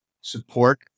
support